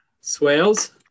Swales